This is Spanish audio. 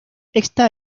esta